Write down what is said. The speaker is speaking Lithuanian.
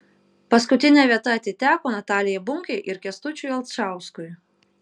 paskutinė vieta atiteko natalijai bunkei ir kęstučiui alčauskui